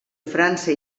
frança